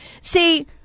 See